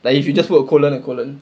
like if you just put a colon a colon